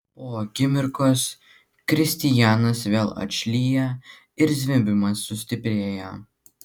po akimirkos kristianas vėl atšlyja ir zvimbimas sustiprėja